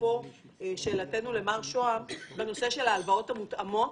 אפרופו שאלתנו למר שהם בנושא של ההלוואות המותאמות.